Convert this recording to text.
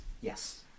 Yes